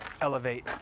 elevate